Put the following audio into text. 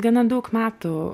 gana daug metų